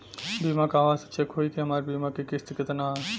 बीमा कहवा से चेक होयी की हमार बीमा के किस्त केतना ह?